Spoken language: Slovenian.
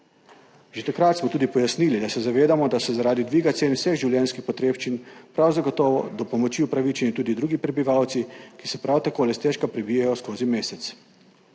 Že takrat smo tudi pojasnili, da se zavedamo, da so zaradi dviga cen vseh življenjskih potrebščin prav zagotovo do pomoči upravičeni tudi drugi prebivalci, ki se prav tako le stežka prebijejo skozi mesec.